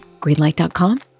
Greenlight.com